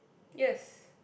yes